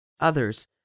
Others